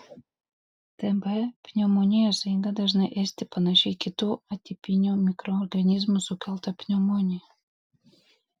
tb pneumonijos eiga dažnai esti panaši į kitų atipinių mikroorganizmų sukeltą pneumoniją